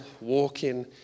walking